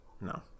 No